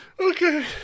Okay